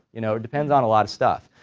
you know, it depends on a lot of stuff.